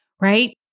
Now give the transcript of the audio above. right